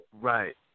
Right